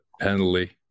penalty